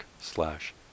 slash